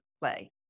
play